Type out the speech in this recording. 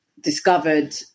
discovered